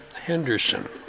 Henderson